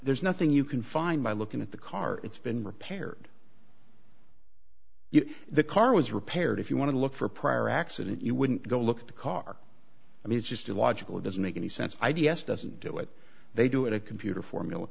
there's nothing you can find by looking at the car it's been repaired if the car was repaired if you want to look for prior accident you wouldn't go look at the car i mean it's just illogical it doesn't make any sense i d s doesn't do it they do it a computer formula